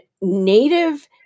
native